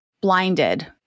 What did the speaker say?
blinded